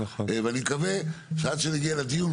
ואני מקווה שעד שנגיע לדיון,